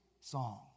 song